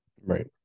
Right